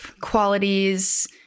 qualities